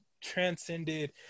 transcended